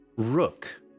Rook